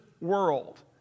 world